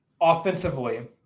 offensively